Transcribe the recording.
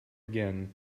again